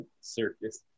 circus